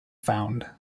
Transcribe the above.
found